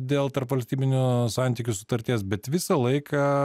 dėl tarpvalstybinių santykių sutarties bet visą laiką